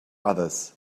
others